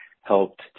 helped